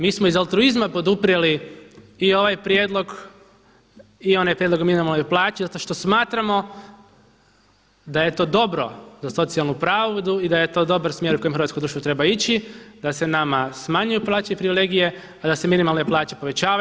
Mi smo iz altruizma poduprijeli i ovaj prijedlog i onaj prijedlog o minimalnoj plaći zato što smatramo da je to dobro za socijalnu pravdu i da je to dobar smjer u kojem hrvatsko društvo treba ići da se nama smanjuju plaće i privilegije a da se minimalne plaće povećavaju.